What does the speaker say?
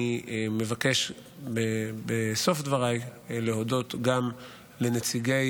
אני מבקש בסוף דבריי להודות גם לנציגי